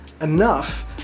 enough